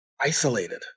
isolated